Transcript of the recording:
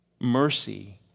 Mercy